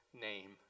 name